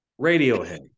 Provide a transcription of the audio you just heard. Radiohead